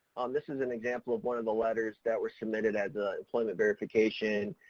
um, this is an example of one of the letters that were submitted at the employment verification.